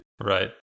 Right